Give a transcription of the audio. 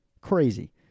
Crazy